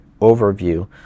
overview